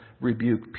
rebuke